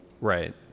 Right